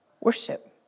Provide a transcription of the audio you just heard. Worship